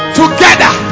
together